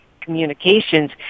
communications